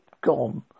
gone